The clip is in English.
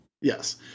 Yes